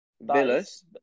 Villas